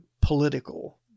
political